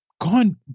gone